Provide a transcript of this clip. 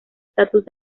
status